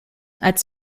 als